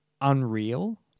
unreal